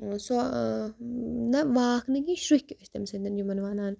سۄ نہ واکھ نہٕ کینٛہہ شُرٛکۍ ٲسۍ تٔمۍ سٕنٛدٮ۪ن یِمَن وَنان